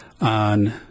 on